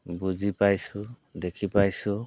বুজি পাইছোঁ দেখি পাইছোঁ